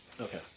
Okay